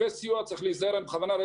צריך להיזהר עם כספי הסיוע,